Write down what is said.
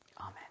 Amen